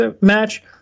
match